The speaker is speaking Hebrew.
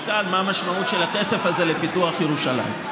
כאן מה המשמעות של הכסף הזה לפיתוח ירושלים.